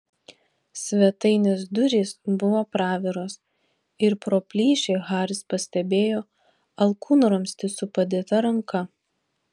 svetainės durys buvo praviros ir pro plyšį haris pastebėjo alkūnramstį su padėta ranka